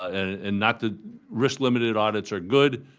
and not that risk limited audits are good,